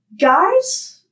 Guys